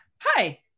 hi